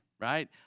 right